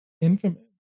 Infamous